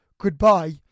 goodbye